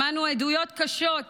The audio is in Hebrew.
שמענו עדויות קשות,